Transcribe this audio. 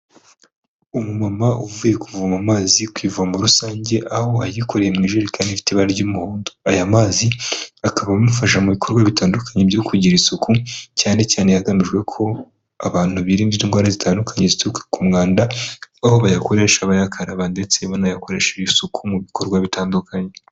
Umumama uvuye kuvoma amazi ku ivomo rusange, aho ayikoreye mu ijerekani ifite ibara ry'umuhondo. Aya mazi akaba amufasha mu bikorwa bitandukanye byo kugira isuku, cyane cyane hagamijwe ko abantu birinda indwara zitandukanye zituruka ku mwanda, aho bayakoresha bayakaraba ndetse banayakoresha isuku mu bikorwa bitandukanye.